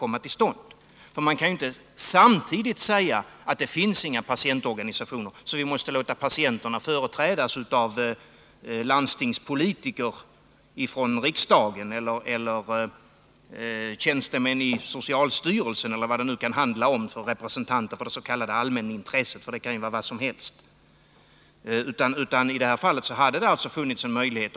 Man kan inte säga att det inte finns några patientorganisationer och att patienterna därför måste företrädas av landstingspolitiker, politiker från riksdagen, tjänstemän från socialstyrelsen eller andra representanter — det kan vara vilka som helst — för det s.k. allmänna intresset.